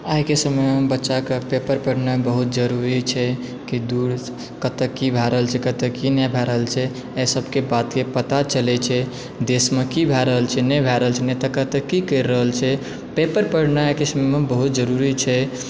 आइके समयमे बच्चाके पेपर पढनाइ बहुत जरुरी छै कि कतय की भए रहल छै कतय की नहि भए रहल छै एहिसभके बातके पता चलैत छै देशमे की भए रहल छै नहि भए रहल छै नहि तऽ कतय की करि रहल छै पेपर पढनाइ आइके समयमे बहुत जरुरी छै